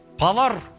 Power